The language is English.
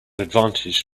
advantage